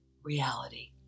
reality